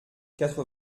quatre